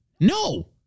No